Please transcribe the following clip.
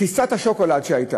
איזה נושא?